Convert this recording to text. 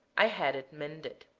i had mended.